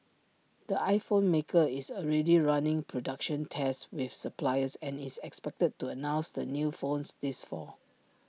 the iPhone maker is already running production tests with suppliers and is expected to announce the new phones this fall